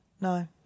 No